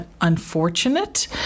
unfortunate